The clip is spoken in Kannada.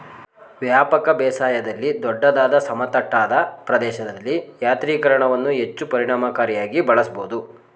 ವ್ಯಾಪಕ ಬೇಸಾಯದಲ್ಲಿ ದೊಡ್ಡದಾದ ಸಮತಟ್ಟಾದ ಪ್ರದೇಶಗಳಲ್ಲಿ ಯಾಂತ್ರೀಕರಣವನ್ನು ಹೆಚ್ಚು ಪರಿಣಾಮಕಾರಿಯಾಗಿ ಬಳಸ್ಬೋದು